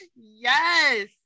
Yes